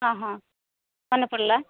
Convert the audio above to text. ହଁ ହଁ ମନେ ପଡ଼ିଲା